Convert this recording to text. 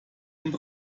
und